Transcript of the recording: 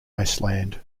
iceland